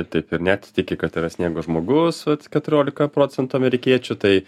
taip ir net tiki kad yra sniego žmogus vat keturiolika procentų amerikiečių tai